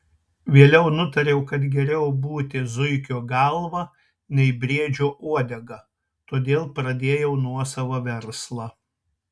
vėliau nutariau kad geriau būti zuikio galva nei briedžio uodega todėl pradėjau nuosavą verslą